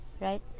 right